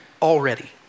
Already